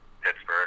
Pittsburgh